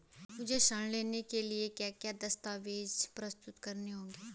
मुझे ऋण लेने के लिए क्या क्या दस्तावेज़ प्रस्तुत करने होंगे?